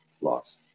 loss